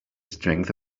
strength